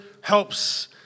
helps